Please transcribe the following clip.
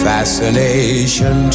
Fascination